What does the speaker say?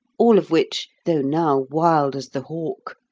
all of which, though now wild as the hawk,